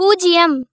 பூஜ்ஜியம்